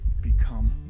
become